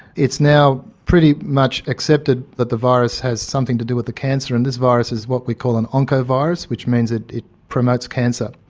it's now pretty much accepted that the virus has something to do with the cancer and this virus is what we call an oncovirus, which means it it promotes cancer.